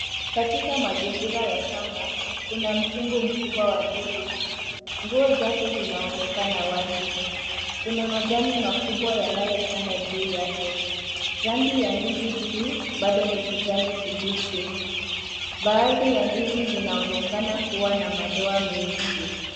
Katika mazingira ya shamba kuna mkungu mkubwa wa ndizi nguo zake zinaonekana wazi. Kuna majani makubwa yanayotanda juu yake. Rangi ya ndizi hizi bado ni kijani kibichi. Baadhi ya ndizi zinaonekana kuwa na madoa meusi.